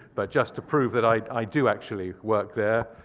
but just to prove that i do actually work there,